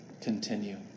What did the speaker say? continue